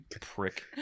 Prick